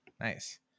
Nice